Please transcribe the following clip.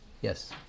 Yes